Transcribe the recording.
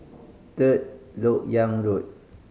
Third Lok Yang Road